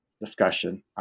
discussion